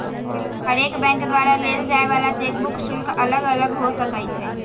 हरेक बैंक द्वारा लेल जाय वला चेक बुक शुल्क अलग अलग हो सकइ छै